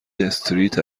استریت